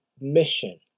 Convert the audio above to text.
mission